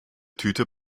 tüte